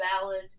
valid